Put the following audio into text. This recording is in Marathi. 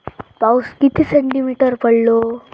पाऊस किती सेंटीमीटर पडलो?